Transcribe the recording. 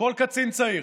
כל קצין צעיר.